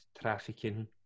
trafficking